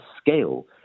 scale